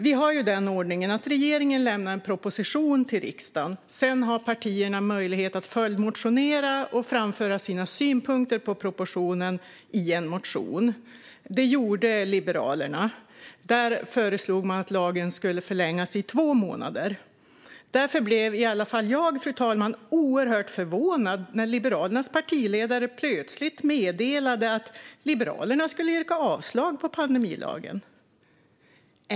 Vi har ju den ordningen att regeringen lämnar en proposition till riksdagen, och sedan har partierna möjlighet att följdmotionera och framföra sina synpunkter på propositionen i en motion. Det gjorde Liberalerna. Där föreslog man att lagen skulle förlängas i två månader. Därför blev i alla fall jag oerhört förvånad när Liberalernas partiledare plötsligt meddelade att Liberalerna skulle yrka avslag på pandemilagen.